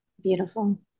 beautiful